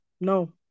No